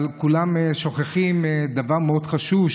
אבל כולם שוכחים דבר מאוד חשוב,